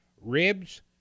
ribs